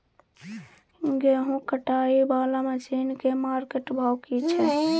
गेहूं कटाई वाला मसीन के मार्केट भाव की छै?